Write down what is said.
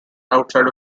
outside